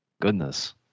Goodness